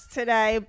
today